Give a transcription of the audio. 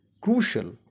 crucial